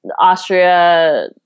Austria